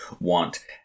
Want